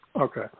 Okay